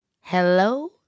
Hello